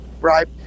right